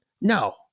No